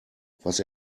was